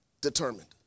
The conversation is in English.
determined